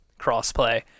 crossplay